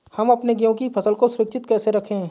हम अपने गेहूँ की फसल को सुरक्षित कैसे रखें?